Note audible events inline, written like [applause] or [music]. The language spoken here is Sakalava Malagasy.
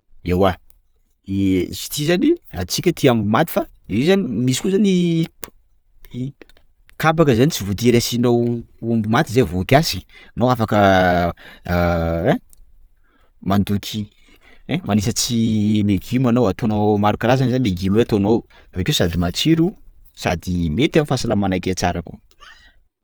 Ewa i- izy ity zany, antsika tia aomby maty fa: fa io zany misy koa zany [hesitation] kabaka zany tsy voatery asianao aomby maty zay vô kiasy e! anao anao afaka [hesitation] ein! Mandoky ein! Manisatry legume anô ataonao maro karazana zany legume io ataoao; avekeo sady matsiro, sady mety amin'ny fahasalamanakay tsara koa.